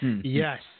Yes